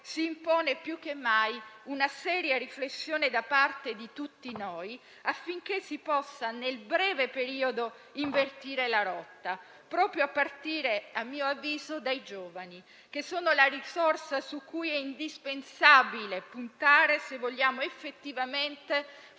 si impone più che mai una seria riflessione da parte di tutti noi affinché si possa nel breve periodo invertire la rotta, proprio a partire, a mio avviso, dai giovani, che sono la risorsa su cui è indispensabile puntare, se vogliamo effettivamente